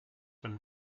been